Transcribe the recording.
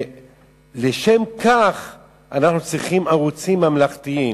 ולשם כך אנחנו צריכים ערוצים ממלכתיים.